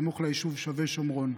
סמוך ליישוב שבי שומרון.